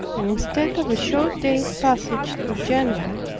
and instead of a short day's passage to genoa,